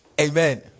Amen